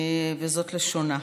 וזאת לשונה: